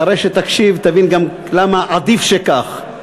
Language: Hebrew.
אחרי שתקשיב תבין גם למה עדיף שכך,